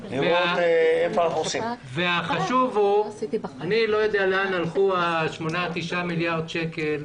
אני לא יודע להיכן הלכו השמונה-תשעה מיליארד שקלים.